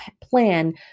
plan